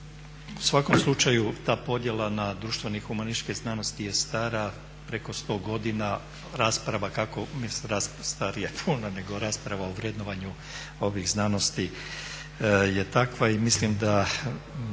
u svakom slučaju ta podjela na društvene i humanističke znanosti je stara preko 100 godina, rasprava kakvu mi raspravljamo starija je puno nego rasprava o vrednovanju ovih znanosti, je takva, i mislim da